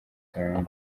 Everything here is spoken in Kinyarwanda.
salaam